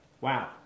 Wow